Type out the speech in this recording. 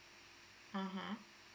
(uh huh)